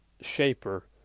Shaper